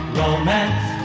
romance